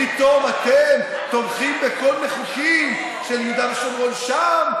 פתאום אתם תומכים בכל מיני חוקים של יהודה ושומרון שם,